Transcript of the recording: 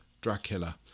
Dracula